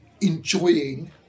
enjoying